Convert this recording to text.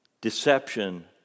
Deception